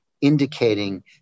indicating